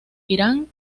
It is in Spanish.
irán